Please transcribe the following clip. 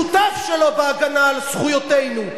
שותף שלו בהגנה על זכויותינו,